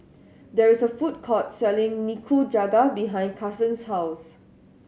there is a food court selling Nikujaga behind Carsen's house